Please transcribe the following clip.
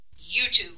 YouTube